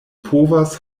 povas